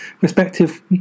respective